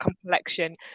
complexion